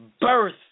birth